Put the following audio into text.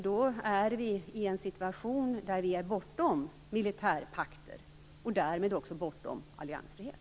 Då är vi i en situation där vi är bortom militärpakter och därmed också bortom alliansfrihet.